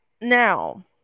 Now